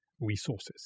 resources